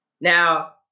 Now